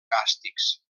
càstigs